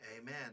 Amen